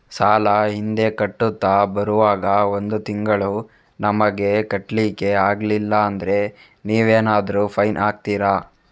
ಸಾಲ ಹಿಂದೆ ಕಟ್ಟುತ್ತಾ ಬರುವಾಗ ಒಂದು ತಿಂಗಳು ನಮಗೆ ಕಟ್ಲಿಕ್ಕೆ ಅಗ್ಲಿಲ್ಲಾದ್ರೆ ನೀವೇನಾದರೂ ಫೈನ್ ಹಾಕ್ತೀರಾ?